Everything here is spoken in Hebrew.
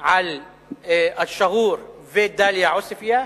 על שגור ודאליה עוספיא,